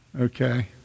Okay